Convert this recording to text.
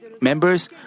members